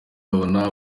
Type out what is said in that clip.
abona